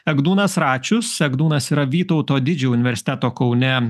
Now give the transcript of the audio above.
egdūnas račius egdūnas yra vytauto didžiojo universiteto kaune